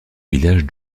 village